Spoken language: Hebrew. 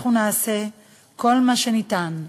אנחנו נעשה כל מה שניתן.